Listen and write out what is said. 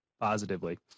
positively